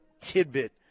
tidbit